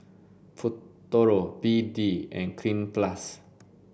Futuro B D and Cleanz plus